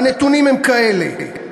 והנתונים הם כאלה: